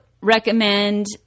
recommend